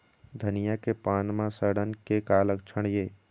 धनिया के पान म सड़न के का लक्षण ये?